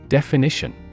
Definition